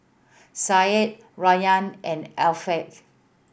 Syed Rayyan and Afiqah